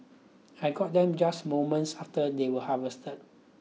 I got them just moments after they were harvested